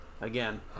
again